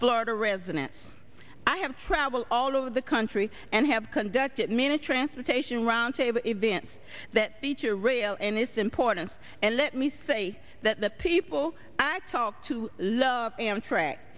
florida residents i have traveled all over the country and have conducted minute transportation roundtable events that teacher rail and its importance and let me say that the people i talk to love